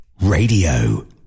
Radio